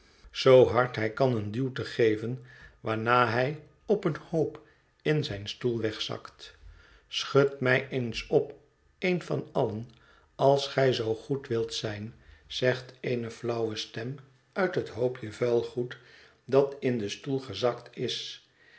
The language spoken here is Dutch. passen hard hij kan een duw te geven waarna hij op een hoop in zijn stoel wegzakt schud mij eens op een van allen als gij zoo goed wilt zijn zegt eene flauwe stem uit het hoopje vuil goed dat in den stoel gezakt is